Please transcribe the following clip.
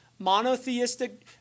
monotheistic